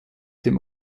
dem